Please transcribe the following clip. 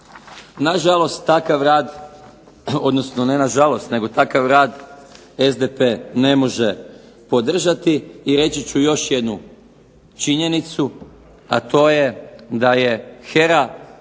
Nažalost takav rad, odnosno ne nažalost nego takav rad SDP ne može podržati. I reći ću još jednu činjenicu, a to je da je HERA